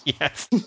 Yes